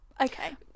Okay